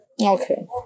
okay